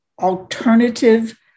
alternative